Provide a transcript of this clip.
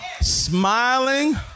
Smiling